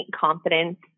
confidence